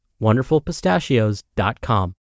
wonderfulpistachios.com